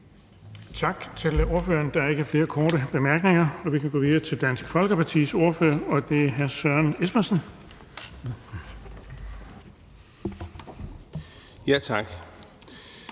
Tak til ordføreren. Der er ikke flere korte bemærkninger. Vi kan gå videre til Dansk Folkepartis ordfører, og det er hr. Søren Espersen. Kl.